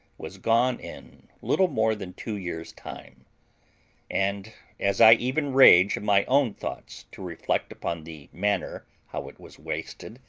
was gone in little more than two years' time and, as i even rage in my own thoughts to reflect upon the manner how it was wasted,